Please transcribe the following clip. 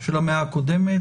של המאה הקודמת.